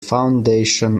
foundation